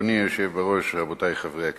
אדוני היושב-ראש, רבותי חברי הכנסת,